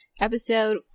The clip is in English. episode